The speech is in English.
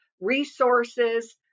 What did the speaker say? resources